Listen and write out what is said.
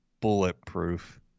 bulletproof